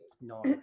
no